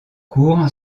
cour